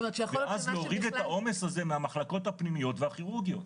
ואז להוריד את העומס הזה מהמחלקות הפנימיות והכירורגיות.